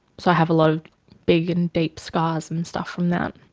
so i have a lot of big and deep scars and stuff from that.